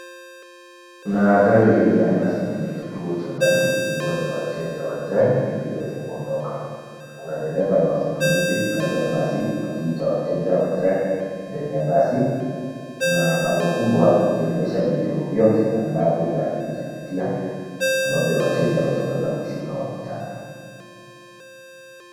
Kuna gari ya aina ya basi kwenye kituo cha basi ikingoja wateja wajae ili iweze kuondoka. Kuna dereva na wasimamizi kando ya basi wakiita wateja wajae ndani ya basi. Kuna bango kubwa ikionyesha vituo vyote ambavyo basi itapitia, ambavyo wateja wataweza kushuka wakitaka.